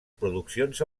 produccions